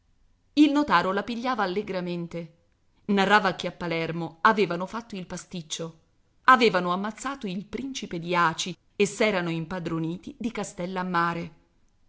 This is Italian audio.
il notaro la pigliava allegramente narrava che a palermo avevano fatto il pasticcio avevano ammazzato il principe di aci e s'erano impadroniti di castellammare